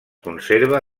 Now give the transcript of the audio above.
conserva